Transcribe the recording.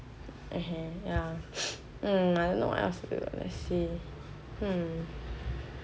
uh okay ya I don't know what else let's will see hmm